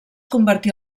convertí